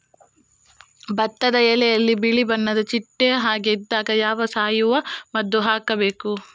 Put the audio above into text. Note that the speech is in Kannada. ಭತ್ತದ ಎಲೆಯಲ್ಲಿ ಬಿಳಿ ಬಣ್ಣದ ಚಿಟ್ಟೆ ಹಾಗೆ ಇದ್ದಾಗ ಯಾವ ಸಾವಯವ ಮದ್ದು ಹಾಕಬೇಕು?